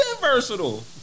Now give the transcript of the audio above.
versatile